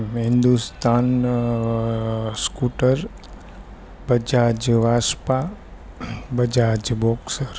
Hindustan scooter Bajaj Vespa Bajaj boxer